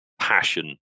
passion